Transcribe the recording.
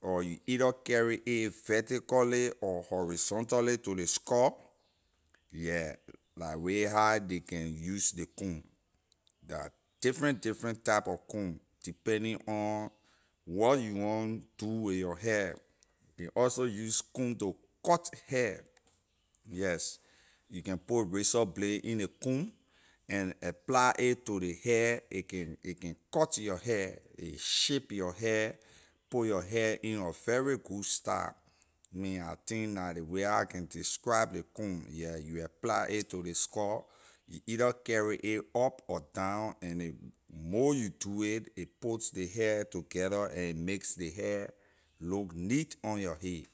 or you either carry it vertically or horizontally to ley skull yeah la way how ley can use ley comb la different different type of comb depending on what you want do with your hair ley also use comb to cut hair yes you can put razor blade in ley comb and apply it to ley hair a can a can cut your hair a shape your hair put your hair in a very good style me I think la ley way how I can describe ley comb yeah you apply a to ley skull you either carry a up or down and ley more you do it it put ley hair together and makes ley hair look neat on your hay.